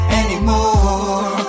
anymore